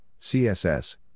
CSS